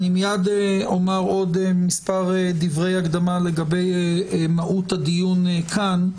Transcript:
אני מיד אומר עוד מספר דברי הקדמה לגבי מהות הדיון כאן,